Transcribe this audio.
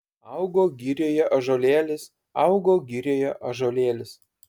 augo girioje ąžuolėlis augo girioje ąžuolėlis